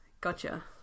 Gotcha